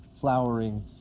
flowering